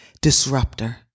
disruptor